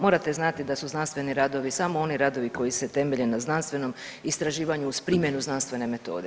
Morate znati da su znanstveni radovi samo oni radovi koji se temelje na znanstvenom istraživanju uz primjenu znanstvene metode.